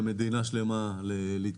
הוא העביר